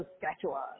Saskatchewan